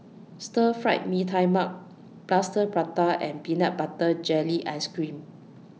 Stir Fried Mee Tai Mak Plaster Prata and Peanut Butter Jelly Ice Cream